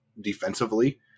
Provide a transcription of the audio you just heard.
defensively